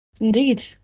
Indeed